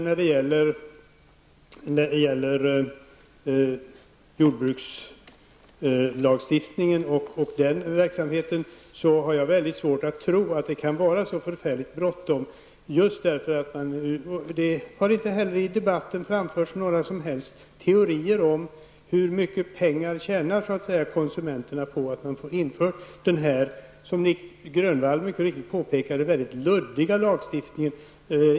När det för övrigt gäller jordbrukslagstiftningen har jag mycket svårt att tro att det skulle vara så förfärligt bråttom. Det har inte heller i debatten framförts några teorier om hur mycket pengar konsumenterna tjänar på att man inför denna -- som Nic Grönvall mycket riktigt påpekade -- mycket luddiga lagstiftning.